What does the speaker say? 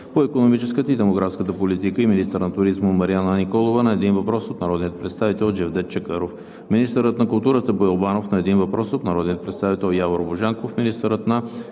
по икономическата и демографската политика и министър на туризма Марияна Николова – на един въпрос от народния представител Джевдет Чакъров; - министърът на културата Боил Банов – на един въпрос от народния представител Явор Божанков; - министърът на енергетиката Теменужка